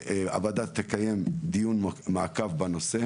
הוועדה תקיים דיון מעקב בנושא,